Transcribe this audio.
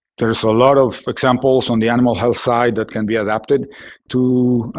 there's a lot of examples on the animal health side that can be adapted to